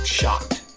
shocked